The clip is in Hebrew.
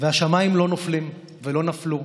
והשמיים לא נופלים ולא נפלו,